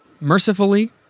mercifully